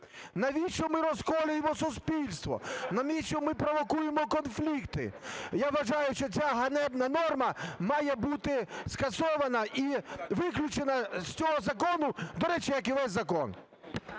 Навіщо ми розколюємо суспільство? Навіщо ми провокуємо конфлікти? Я вважаю, що ця ганебна норма має бути скасована і виключена з цього закону, до речі, як і весь закон.